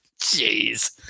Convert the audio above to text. jeez